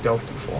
twelve to four